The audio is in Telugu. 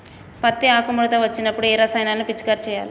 పత్తి ఆకు ముడత వచ్చినప్పుడు ఏ రసాయనాలు పిచికారీ చేయాలి?